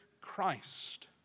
Christ